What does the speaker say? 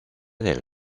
del